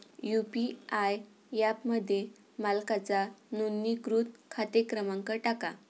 UPI ॲपमध्ये मालकाचा नोंदणीकृत खाते क्रमांक टाका